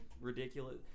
ridiculous